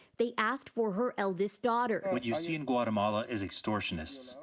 they asked for her eldest daughter. what you see in guatemala is extortionists,